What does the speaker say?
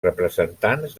representants